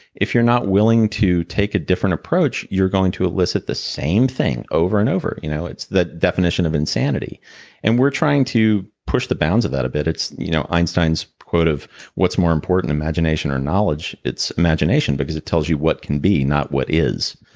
if you're not willing to take a different approach you're going to elicit the same thing over and over. you know that's the definition of insanity and we're trying to push the bounds of that a bit. it's you know einstein's quote of what's more imagination or knowledge? it's imagination, because it tells you what can be not what is.